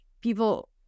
people